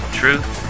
truth